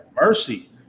mercy